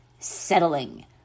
settling